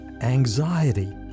anxiety